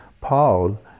Paul